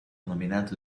nominato